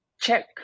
check